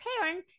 parent